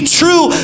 true